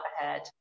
ahead